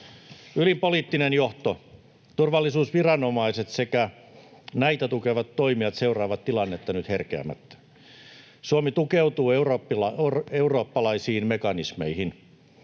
Ylin poliittinen johto, turvallisuusviranomaiset sekä näitä tukevat toimijat seuraavat tilannetta nyt herkeämättä. Suomi tukeutuu eurooppalaisiin mekanismeihin.